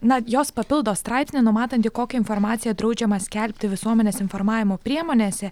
na jos papildo straipsnį numatantį kokią informaciją draudžiama skelbti visuomenės informavimo priemonėse